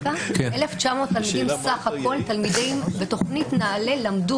1,900 תלמידים סך הכול בתכנית נעל"ה למדו